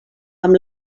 amb